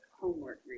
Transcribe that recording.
homework